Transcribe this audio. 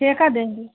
ठेका देंगे